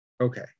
Okay